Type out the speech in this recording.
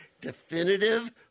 definitive